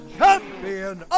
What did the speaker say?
champion